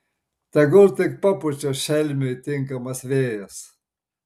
tegul tik papučia šelmiui tinkamas vėjas